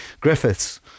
Griffiths